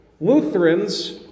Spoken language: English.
Lutherans